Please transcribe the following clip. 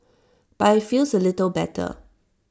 but IT feels A little better